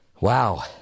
Wow